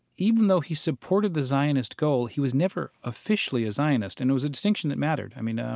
even though he supported the zionist goal, he was never officially a zionist, and it was a distinction that mattered. i mean, um